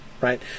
Right